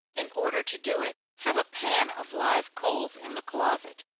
in order to do it, have a pan of live coals in the closet,